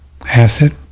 acid